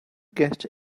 get